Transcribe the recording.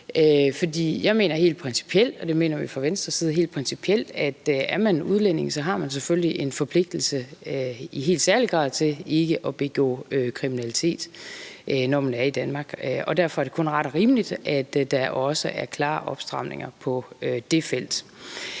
jeg mener helt principielt – og det mener vi fra Venstres side helt principielt – at er man udlænding, så har man selvfølgelig en forpligtelse i helt særlig grad til ikke at begå kriminalitet, når man er i Danmark. Derfor er det kun ret og rimeligt, at der også er klare opstramninger på det felt.